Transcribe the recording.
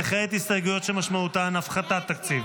וכעת, הסתייגויות שמשמעותן הפחתת תקציב.